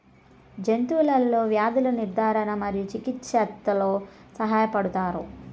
జంతువులలో వ్యాధుల నిర్ధారణ మరియు చికిత్చలో సహాయపడుతారు